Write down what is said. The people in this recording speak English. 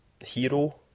Hero